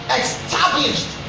established